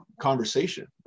conversation